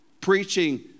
preaching